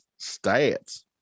stats